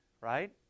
right